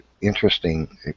interesting